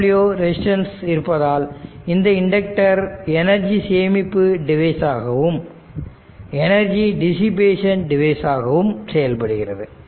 Rw resistance இருப்பதால் இந்த inductor energy சேமிப்பு டிவைஸ் ஆகவும் எனர்ஜி டிசிபேஷன் டிவைஸ் ஆகவும் செயல்படுகிறது